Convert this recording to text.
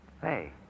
Hey